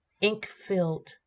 ink-filled